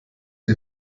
die